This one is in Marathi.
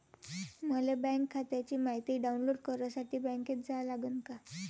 मले बँक खात्याची मायती डाऊनलोड करासाठी बँकेत जा लागन का?